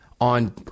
on